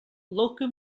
local